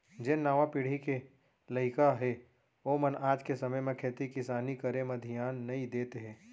जेन नावा पीढ़ी के लइका हें ओमन आज के समे म खेती किसानी करे म धियान नइ देत हें